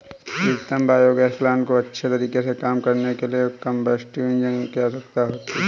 प्रीतम biogas plant को अच्छे तरीके से काम करने के लिए कंबस्टिव इंजन की आवश्यकता होती है